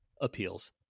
appeals